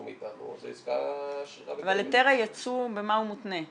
מאיתנו אז העסקה -- אבל במה מותנה היתר הייצוא?